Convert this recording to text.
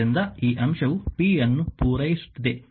ಆದ್ದರಿಂದ ಈ ಅಂಶವು p ಅನ್ನು ಪೂರೈಸುತ್ತಿದೆ